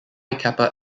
kappa